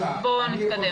אז בואו נתקדם.